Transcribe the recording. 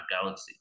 galaxy